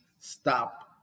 stop